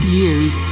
years